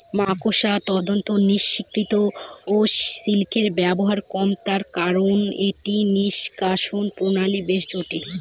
মাকড়সার তন্তু নিঃসৃত সিল্কের ব্যবহার কম তার কারন এটি নিঃষ্কাষণ প্রণালী বেশ জটিল